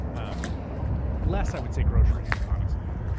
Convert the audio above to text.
um less i would say groceries, honestly,